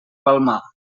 palmar